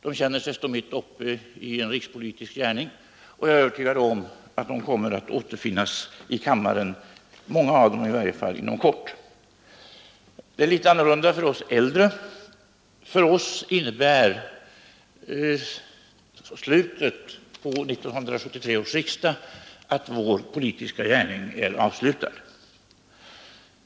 De känner sig stå mitt uppe i en rikspolitisk gärning, och jag är övertygad om att många av dem kommer att återfinnas i kammaren inom kort. Det är litet annorlunda för oss äldre. För oss innebär slutet på 1973 års riksdag att vår politiska gärning är avslutad.